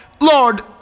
Lord